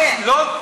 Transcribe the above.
לא,